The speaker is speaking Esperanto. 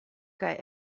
kaj